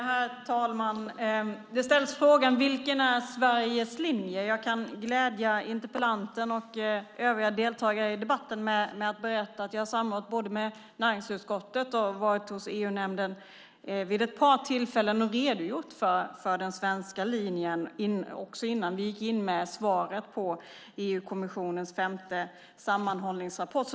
Herr talman! Man frågar vilken som är Sveriges linje. Jag kan glädja interpellanten och övriga deltagare i debatten med att berätta jag vid ett par tillfällen har samrått både med näringsutskottet och med EU-nämnden och redogjort för den svenska linjen, också innan vi kom in med svaret på EU-kommissionens femte sammanhållningsrapport.